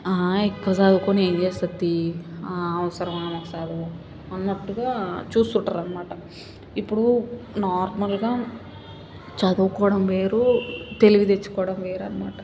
ఆ ఎక్కువ చదువుకొని ఏం చేస్తారు తీ ఆ అవసరమా చదువు అన్నట్టుగా చూస్తుంటారు అనమాట ఇప్పుడు నోర్మల్గా చదువుకోవడం వేరు తెలివి తెచ్చుకోవడం వేరు అన్నమాట